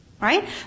Right